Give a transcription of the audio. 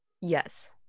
Yes